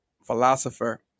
philosopher